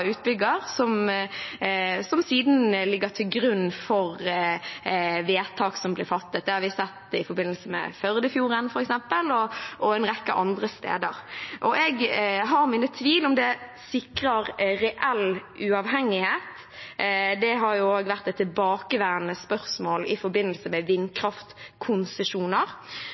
utbygger, og at det siden ligger til grunn for vedtak som blir fattet. Det har vi sett i forbindelse med f.eks. Førdefjorden og en rekke andre steder. Jeg har mine tvil om det sikrer reell uavhengighet. Det har også vært et tilbakevendende spørsmål i forbindelse med vindkraftkonsesjoner.